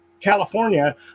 California